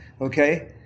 Okay